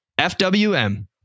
FWM